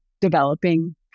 developing